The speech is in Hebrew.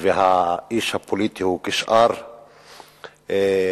והאיש הפוליטי הוא כשאר האזרחים.